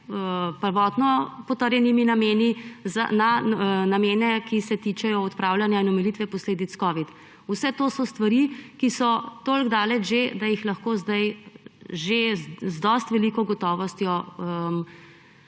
prvotno potrjenimi nameni za namene, ki se tičejo odpravljanja in omilitve posledic covid. Vse to so stvari, ki so že tako daleč, da lahko zdaj že z veliko gotovostjo